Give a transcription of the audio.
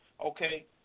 okay